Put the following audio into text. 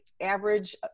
average